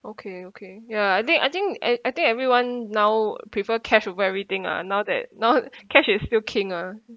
okay okay ya I think I think uh I think everyone now prefer cash over everything lah now that now cash is still king lah